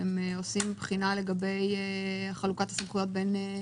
אתם עושים בחינה לגבי חלוקת הסמכויות בין שרת התחבורה לשר האוצר.